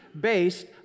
Based